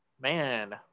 man